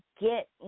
get